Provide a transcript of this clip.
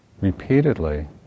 repeatedly